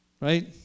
Right